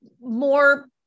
more